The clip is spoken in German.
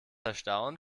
erstaunt